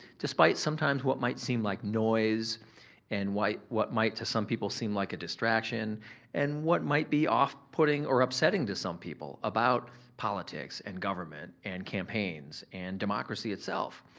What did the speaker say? despite sometimes what might seem like noise and what might to some people seem like a distraction and what might be off putting or upsetting to some people about politics and government and campaigns and democracy itself,